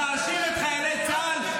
--- להאשים את חיילי צה"ל,